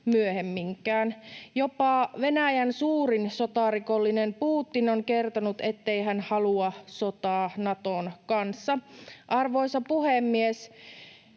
myöhemminkään. Jopa Venäjän suurin sotarikollinen Putin on kertonut, ettei hän halua sotaa Naton kanssa. Arvoisa puhemies!